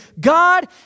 God